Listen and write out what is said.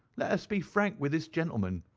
let us be frank with this gentleman.